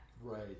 Right